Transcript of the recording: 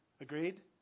Agreed